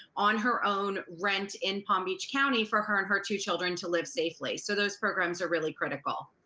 on her own rent in palm beach county for her and her two children to live safely. so those programs are really critical.